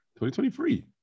2023